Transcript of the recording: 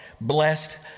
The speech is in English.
blessed